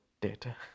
data